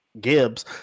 Gibbs